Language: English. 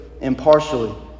impartially